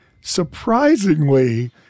surprisingly